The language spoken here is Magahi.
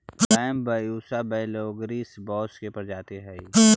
बैम्ब्यूसा वैलगेरिस बाँस के प्रजाति हइ